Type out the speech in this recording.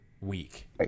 week